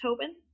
Tobin